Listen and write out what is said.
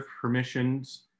permissions